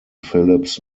phillips